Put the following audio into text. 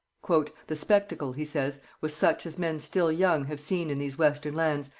the spectacle he says, was such as men still young have seen in these western lands,